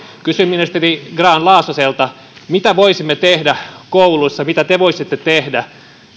kysyn ministeri grahn laasoselta mitä voisimme tehdä kouluissa mitä te voisitte tehdä